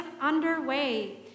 underway